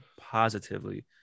positively